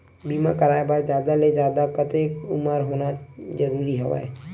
बीमा कराय बर जादा ले जादा कतेक उमर होना जरूरी हवय?